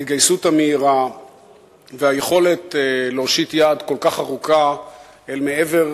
ההתגייסות המהירה והיכולת להושיט יד כל כך ארוכה אל מעבר